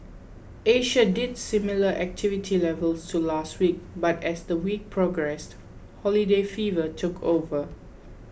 Asia did see similar activity levels to last week but as the week progressed holiday fever took over